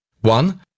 One